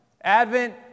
Advent